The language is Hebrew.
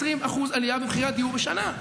20% עלייה במחירי הדיור בשנה.